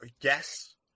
yes